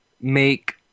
make